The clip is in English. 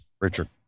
Richard